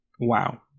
Wow